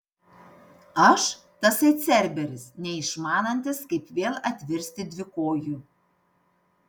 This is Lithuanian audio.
aš tasai cerberis neišmanantis kaip vėl atvirsti dvikoju